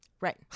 Right